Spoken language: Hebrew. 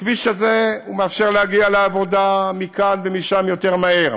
הכביש הזה מאפשר להגיע לעבודה מכאן ומשם יותר מהר,